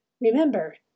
Remember